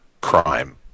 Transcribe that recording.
crime